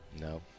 No